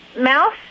Mouse